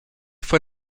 fue